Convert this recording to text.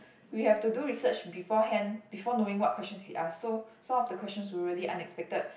we have to do research beforehand before knowing what questions he ask so some of the questions were really unexpected